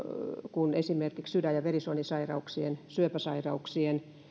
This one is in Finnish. kun esimerkiksi sydän ja verisuonisairauksien syöpäsairauksien